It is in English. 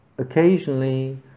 Occasionally